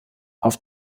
auf